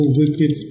wicked